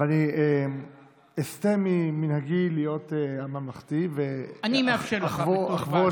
יוצא מן הכלל, במסירות, בעין טובה וברוח